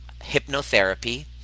hypnotherapy